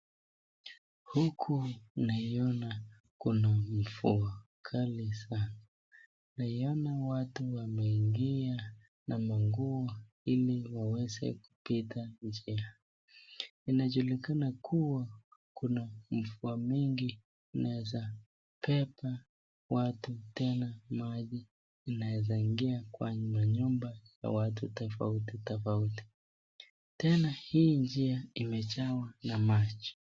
Huku naiona kuna mvua kali sana. Naiona watu wameingia na manguo ili waweze kupita njia. Inajulikana kuwa kuna mvua mingi inaweza beba watu tena maji inaweza ingia kwa nyumba ya watu tofauti tofauti. Tena hii njia imejawa na maji.